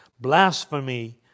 blasphemy